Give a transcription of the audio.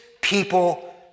people